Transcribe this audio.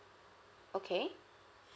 okay